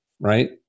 Right